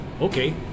okay